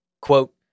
Quote